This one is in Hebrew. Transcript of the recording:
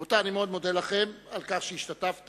רבותי, אני מאוד מודה לכם על כך שהשתתפתם